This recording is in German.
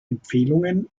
empfehlungen